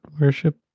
worship